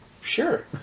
Sure